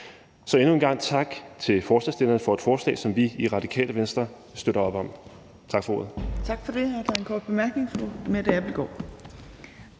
Så endnu en gang tak til forslagsstillerne for et forslag, som vi i Radikale Venstre støtter op om. Tak for ordet.